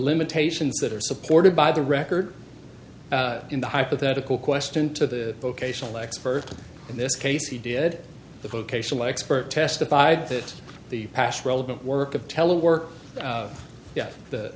limitations that are supported by the record in the hypothetical question to the vocational expert in this case he did the vocational expert testified that the past relevant work of telework